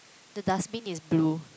the dustbin is blue